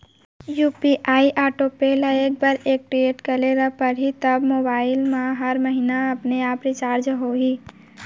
का तरीका हे कि मोर मोबाइल ह हर महीना अपने आप रिचार्ज हो सकय?